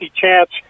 chance